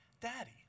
Daddy